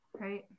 right